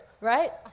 right